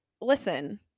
listen